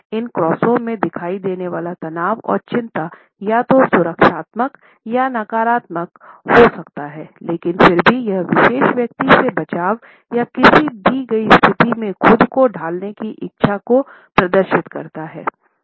इन क्रॉसों में दिखाई देने वाला तनाव और चिंता या तो सुरक्षात्मक या नकारात्मक हो सकता है लेकिन फिर भी यह विशेष व्यक्ति से बचाव या किसी दी गई स्थिति में खुद को ढालने की इच्छा को प्रदर्शित करता है